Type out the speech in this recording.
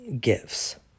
gifts